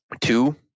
two